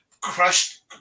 crushed